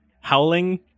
howling